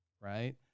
right